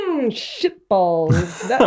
shitballs